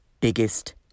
biggest